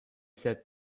said